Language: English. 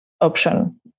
option